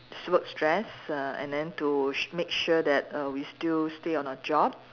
s~ work stress err and then to sh~ make sure that err we still stay on our job